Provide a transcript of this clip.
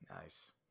Nice